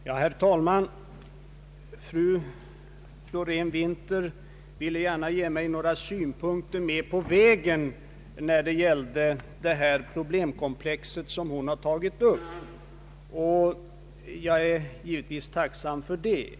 Herr talman! Fru Florén-Winther ville gärna ge mig några synpunkter med på vägen vad gäller det problemkomplex hon tagit upp. Jag är givetvis tacksam för det.